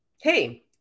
hey